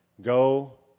Go